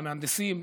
למהנדסים,